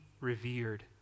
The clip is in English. revered